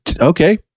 okay